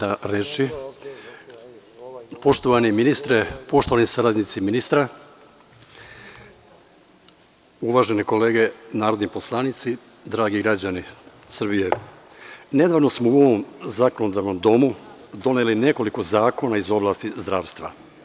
Poštovani ministre, poštovani saradnici ministra, uvažene kolege narodni poslanici, dragi građani Srbije, nedavno smo u ovom zakonodavnom domu doneli nekoliko zakona iz oblasti zdravstva.